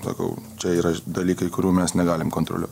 sakau čia yra dalykai kurių mes negalim kontroliuot